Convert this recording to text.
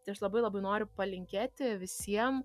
tai aš labai labai noriu palinkėti visiem